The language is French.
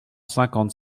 cinquante